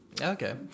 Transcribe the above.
Okay